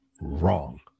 wrong